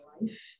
life